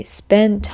spend